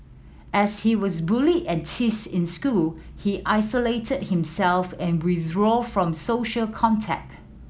as he was bullied and teased in school he isolated himself and withdrew from social contact